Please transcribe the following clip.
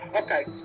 Okay